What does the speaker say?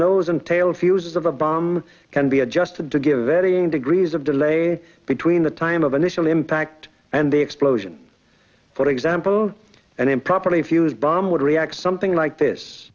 nose and tail fuse of the bomb can be adjusted to give varying degrees of delay between the time of initial impact and the explosion for example an improperly fused bomb would react something like this